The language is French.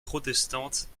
protestante